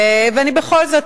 בכל זאת,